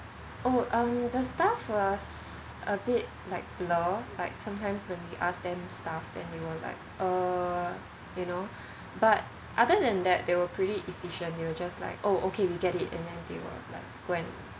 oh um the staff was a bit like blur like sometimes when we ask them stuff then they will like uh you know but other than that they were pretty efficient you will just like oh okay we get it and then they will like go and